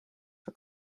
for